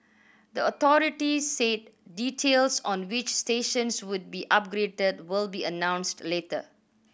the authority said details on which stations would be upgraded will be announced later